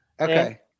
Okay